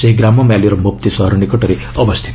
ସେହି ଗ୍ରାମ ମାଲିର ମୋପ୍ତି ସହର ନିକଟରେ ଅବସ୍ଥିତ